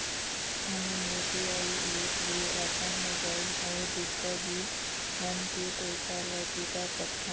हमन UPI app ले अपन मोबाइल अऊ दूसर बिल मन के पैसा ला चुका सकथन